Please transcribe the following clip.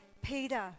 Peter